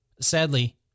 Sadly